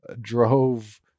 drove